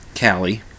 Callie